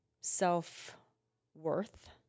self-worth